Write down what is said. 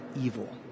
evil